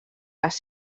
les